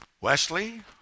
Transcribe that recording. Wesley